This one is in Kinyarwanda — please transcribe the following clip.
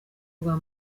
rwa